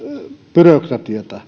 byrokratiaa